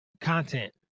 content